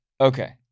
Okay